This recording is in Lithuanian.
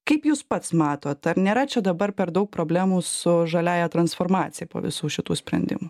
kaip jūs pats matot ar nėra čia dabar per daug problemų su žaliąja transformacija po visų šitų sprendimų